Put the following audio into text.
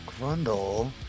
grundle